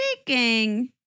speaking